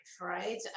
right